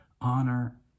Honor